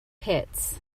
hits